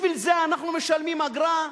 בשביל זה אנחנו משלמים אגרה?